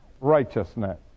righteousness